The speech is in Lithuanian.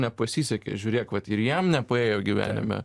nepasisekė žiūrėk vat ir jam nepaėjo gyvenime